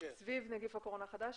סביב נגיף הקורונה החדש.